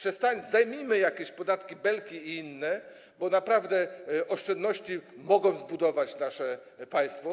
Zdejmijmy jakieś podatki Belki i inne, bo naprawdę oszczędności mogą zbudować nasze państwo.